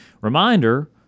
Reminder